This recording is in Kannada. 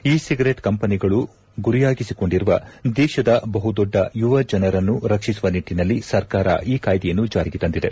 ಇ ಸಿಗರೇಟ್ ಕಂಪನಿಗಳು ಗುರಿಯಾಗಿಸಿಕೊಂಡಿರುವ ದೇಶದ ಬಹುದೊಡ್ಡ ಯುವ ಜನರನ್ನು ರಕ್ಷಿಸುವ ನಿಟ್ಟನಲ್ಲಿ ಸರ್ಕಾರ ಈ ಕಾಯ್ದೆಯನ್ನು ಜಾರಿಗೆ ತಂದಿದೆ